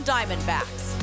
Diamondbacks